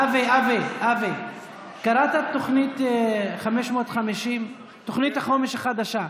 אבי, קראת את תוכנית 550, תוכנית החומש החדשה?